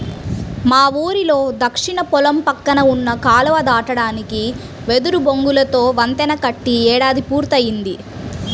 మా ఊరిలో దక్షిణ పొలం పక్కన ఉన్న కాలువ దాటడానికి వెదురు బొంగులతో వంతెన కట్టి ఏడాది పూర్తయ్యింది